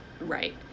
Right